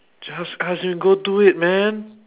just ask you go do it man